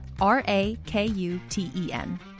r-a-k-u-t-e-n